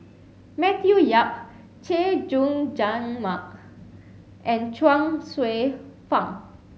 Matthew Yap Chay Jung Jun Mark and Chuang Hsueh Fang